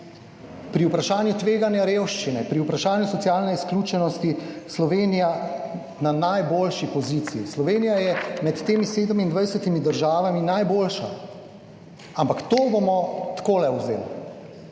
pri vprašanju tveganja revščine, pri vprašanju socialne izključenosti Slovenija na najboljši poziciji. Slovenija je med temi 27 državami najboljša! Ampak to bomo takole /